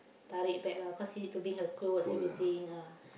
tarik bag lah cause she need to bring her clothes everything ah